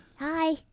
Hi